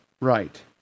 Right